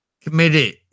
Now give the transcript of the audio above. committed